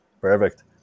Perfect